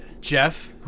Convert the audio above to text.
Jeff